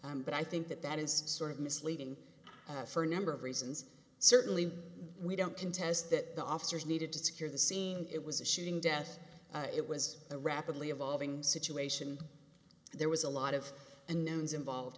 i'm but i think that that is sort of misleading for a number of reasons certainly we don't contest that the officers needed to secure the scene it was a shooting death it was a rapidly evolving situation there was a lot of unknowns involved